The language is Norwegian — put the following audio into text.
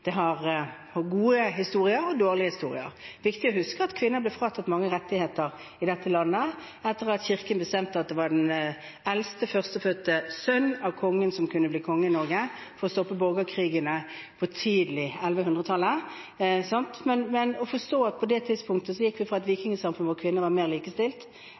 Det er gode historier og dårlige historier. Det er viktig å huske at kvinner ble fratatt mange rettigheter i dette landet, at Kirken bestemte at det var den eldste førstefødte sønn av kongen som kunne bli konge i Norge, for å stoppe borgerkrigene tidlig på 1100-tallet. På det tidspunktet gikk vi fra et vikingsamfunn hvor kvinnene var mer likestilt,